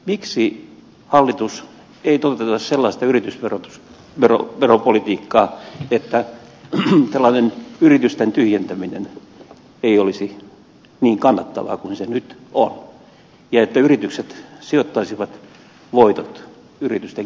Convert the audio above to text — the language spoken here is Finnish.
miksi hallitus ei toteuta sellaista yritysveropolitiikkaa että tällainen yritysten tyhjentäminen ei olisi niin kannattavaa kuin se nyt on ja että yritykset sijoittaisivat voitot yritysten kehittämiseen suomessa